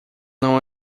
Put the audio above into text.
não